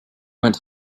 went